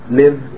live